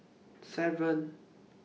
seven